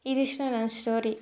ಇದಿಷ್ಟು ನನ್ನ ಸ್ಟೋರಿ